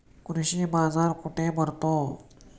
कृषी बाजार कुठे भरतो?